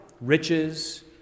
riches